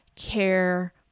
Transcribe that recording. care